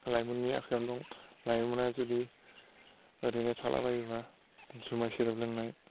लाइमोननि आखायावनो दं लाइमोनआ जुदि ओरैनो थाला बायोबा जुमाय सेरेब लोंनाय